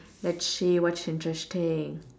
let's see what's interesting